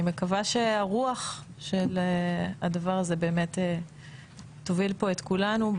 מקווה שהרוח של הדבר הזה תוביל פה את כולנו.